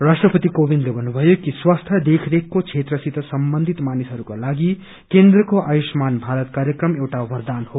राष्ट्रपति कोविन्दले भन्नुभयो कि स्वास्यि देखरेखको क्षेत्रसित सम्बन्धित मानिसहरूको लागि केन्द्रको आयुष्मान भारत कार्यक्रम एउटा वरदान हो